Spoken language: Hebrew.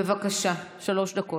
בבקשה, שלוש דקות.